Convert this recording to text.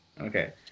Okay